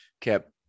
kept